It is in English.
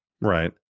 Right